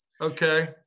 Okay